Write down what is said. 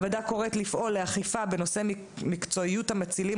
הוועדה קוראת לפעול לאכיפה בנושא מקצועיות המצילים